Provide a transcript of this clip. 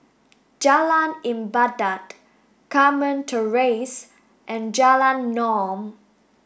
Jalan Ibadat Carmen Terrace and Jalan Naung